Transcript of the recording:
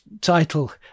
title